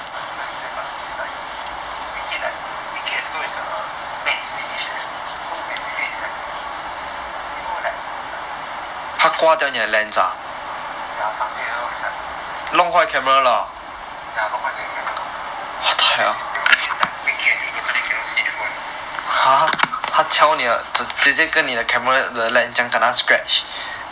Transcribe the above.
I don't know how explain but basically is like make it like max so basically is like um ya something like that lor ya 弄坏你的 camera lor so basically is like make it totally cannot see through [one]